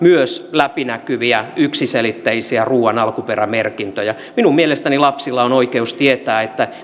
läpinäkyviä yksiselitteisiä ruuan alkuperämerkintöjä minun mielestäni lapsilla on oikeus tietää